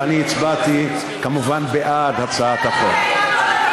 ואני הצבעתי כמובן בעד הצעת החוק.